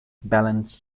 balance